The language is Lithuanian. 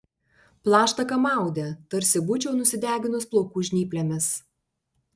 plaštaką maudė tarsi būčiau nusideginus plaukų žnyplėmis